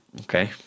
Okay